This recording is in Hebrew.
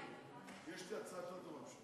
יש לי הצעה אחרת.